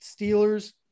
Steelers